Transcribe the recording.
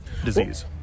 Disease